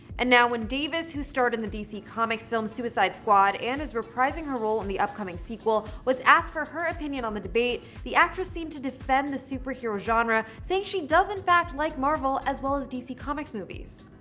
and now when davis, who starred in the dc comics film suicide squad and is reprising her role in the upcoming sequel, was asked for her opinion on the debate, the actress seemed to defend the superhero genre, saying she does in fact like marvel as well as dc comics movies.